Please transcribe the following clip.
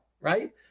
right